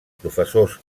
professors